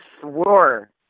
swore